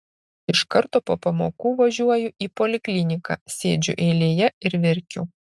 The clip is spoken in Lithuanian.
iš karto po pamokų važiuoju į polikliniką sėdžiu eilėje ir verkiu